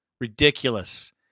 Ridiculous